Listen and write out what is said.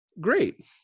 great